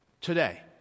today